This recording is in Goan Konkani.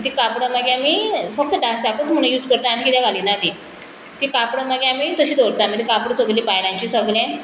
तीं कापडां मागीर आमी फक्त डांसाकूच म्हणून यूज करता आनी कित्याक घालिना तीं तीं कापडां मागीर आमी तशीं दवरता मागीर तीं कापडां सगळीं बायलांची सगलें